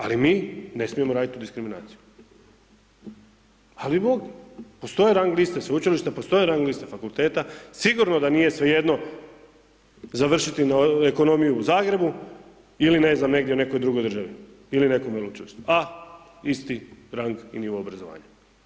Ali mi ne smijemo radit tu diskriminaciju, al bi mogli, postoje rang liste sveučilišta, postoje rang liste fakulteta sigurno da nije svejedno završiti ekonomiju u Zagrebu ili ne znam negdje u nekoj drugoj državi ili nekom veleučilištu, a isti rang i nivo obrazovanja.